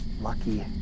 Lucky